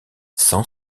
sans